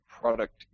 product